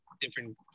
different